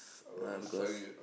uh because